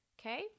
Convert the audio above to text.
okay